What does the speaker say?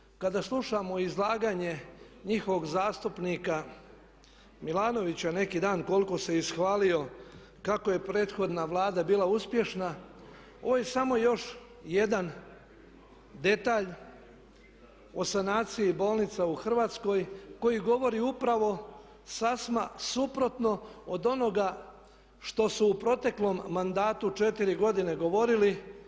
I doista kada slušamo izlaganje njihovog zastupnika Milanovića neki dan koliko se ishvalio kako je prethodna Vlada bila uspješna ovo je samo još jedan detalj o sanaciji bolnica u Hrvatskoj koji govori upravo sasma suprotno od onoga što su u proteklom mandatu 4 godine govorili.